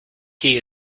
key